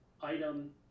item